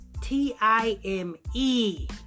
T-I-M-E